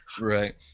Right